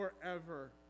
forever